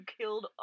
killed